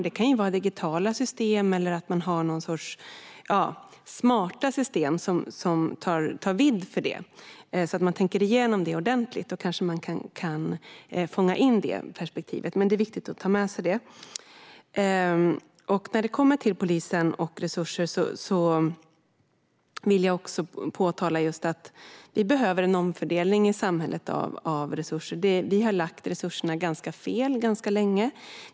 Det kan vara digitala system eller någon sorts smarta system som tar höjd för detta. Om man tänker igenom det ordentligt kanske man kan fånga in det perspektivet. Det är viktigt att ta med sig detta. När det kommer till polisen och resurser vill jag också säga att vi behöver en omfördelning i samhället av resurser. Vi har lagt resurserna ganska fel ganska länge.